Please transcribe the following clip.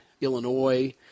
Illinois